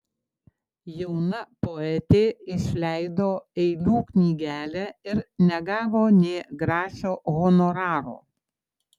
jauna poetė išleido eilių knygelę ir negavo nė grašio honoraro